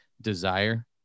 desire